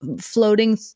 floating